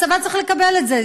הצבא צריך לקבל את זה,